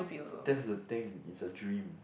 that's the thing it's a dream